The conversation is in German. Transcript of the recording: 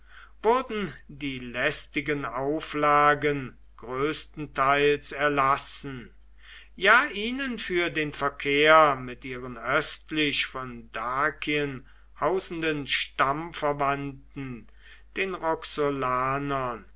wurden die lästigen auflagen größtenteils erlassen ja ihnen für den verkehr mit ihren östlich von dakien hausenden stammverwandten den